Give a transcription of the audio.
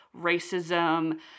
racism